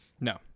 No